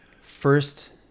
first